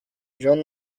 jean